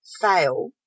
fail